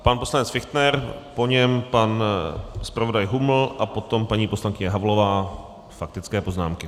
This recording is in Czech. Pan poslanec Fichtner, po něm pan zpravodaj Huml a potom paní poslankyně Havlová faktické poznámky.